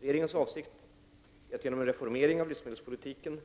Regeringens avsikt är att genom en reformering av livsmedelspolitiken